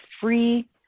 free